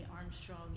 Armstrong